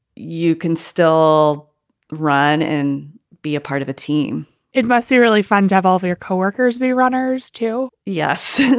you can still run and be a part of a team it must be really fun to have all of your co-workers be runners, too. yes,